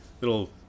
little